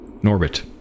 Norbit